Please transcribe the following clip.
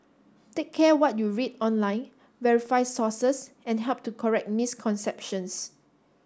take care what you read online verify sources and help to correct misconceptions